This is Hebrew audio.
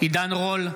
עידן רול,